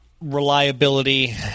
reliability